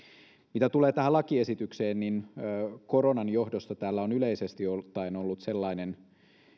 mitä tulee tähän lakiesitykseen niin koronan johdosta täällä on yleisesti ottaen ollut sellainen